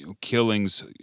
killings